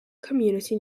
community